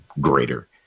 greater